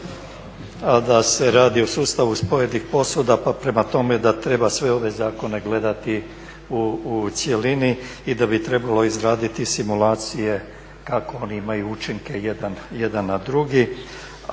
a da se radi o sustavu spojenih posuda pa prema tome da treba sve ove zakone gledati u cjelini i da bi trebalo izgraditi simulacije kako oni imaju učinke jedan na drugi,